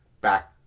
back